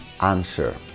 answer